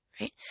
Right